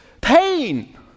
pain